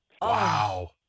Wow